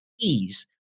ease